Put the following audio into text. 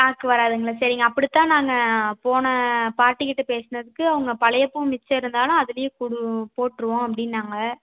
stock வராதுங்களா சரிங்க அப்படித்தான் நாங்கள் போன பார்ட்டி கிட்ட பேசினதுக்கு அவங்க பழைய பூ மிச்சம் இருந்தாலும் அதிலேயும் போட்டுருவோம் அப்படின்னாங்க